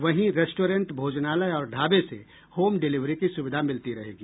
वहीं रेस्टोरेंट भोजनालय और ढाबे से होम डिलिवरी की सुविधा मिलती रहेगी